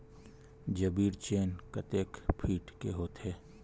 जरीब चेन कतेक फीट के होथे?